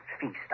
Feast